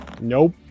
Nope